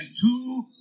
two